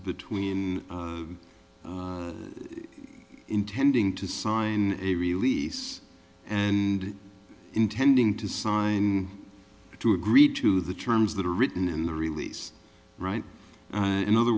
between intending to sign a release and intending to sign to agree to the terms that are written in the release right in other